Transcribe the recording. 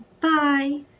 Bye